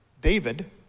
David